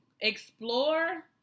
explore